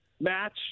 match